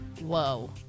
Whoa